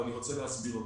ואני רוצה להסביר אותה.